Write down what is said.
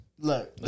Look